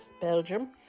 Belgium